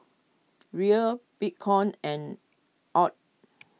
Riel Bitcoin and Aud